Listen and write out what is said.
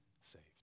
saved